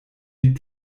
die